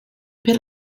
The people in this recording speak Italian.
per